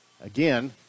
Again